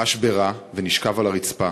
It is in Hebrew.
חש ברע ונשכב על הרצפה,